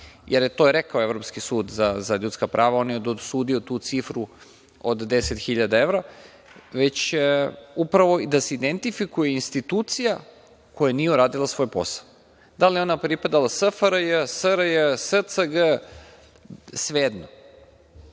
Jer, to je rekao Evropski sud za ljudska prava, on je dosudio tu cifru od 10.000 evra upravo da se identifikuje institucija koja nije uradila svoj posao. Da li je ona pripadala SFRJ, SRJ, SCG, svejedno. Znači,